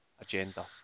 agenda